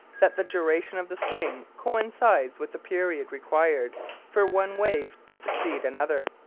that the duration of the swing coincides with the period required for one wave to succeed another.